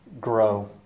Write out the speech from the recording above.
grow